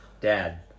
Dad